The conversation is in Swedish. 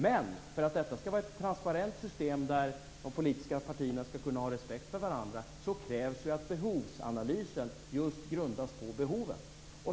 Men för att detta skall vara ett transparent system där de politiska partierna skall kunna ha respekt för varandra krävs ju att behovsanalysen grundas på behoven.